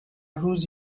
روز